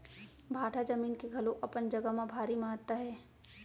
भाठा जमीन के घलौ अपन जघा म भारी महत्ता हे